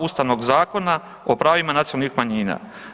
Ustavnog zakona o pravima nacionalnih manjina.